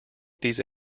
these